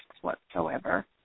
whatsoever